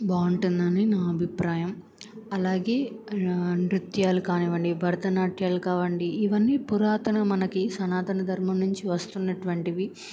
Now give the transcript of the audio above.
బాగుంటుందని నా అభిప్రాయం అలాగే నృత్యాలు కానివ్వండి భరతనాట్యాలు కానివ్వండి ఇవన్నీ పురాతన మనకి సనాతన ధర్మం నుంచి వస్తున్నటువంటివి